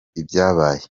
ibyabaye